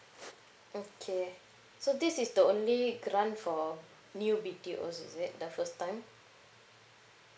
mm okay so this is the only grant for new B_T_O is it the first time